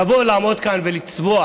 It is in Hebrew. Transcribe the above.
לבוא לעמוד כאן ולצבוע